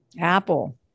Apple